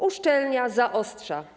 Uszczelnia, zaostrza.